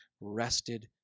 rested